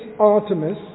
Artemis